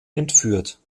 entführt